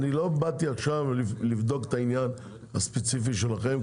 לא באתי עכשיו לבדוק את העניין הספציפי שלכם,